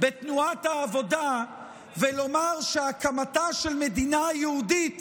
בתנועת העבודה ולומר שהקמתה של מדינה יהודית